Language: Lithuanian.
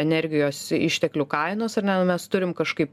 energijos išteklių kainos ar ne nu mes turim kažkaip